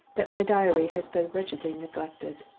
that my diary has been wretchedly neglected.